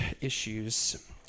issues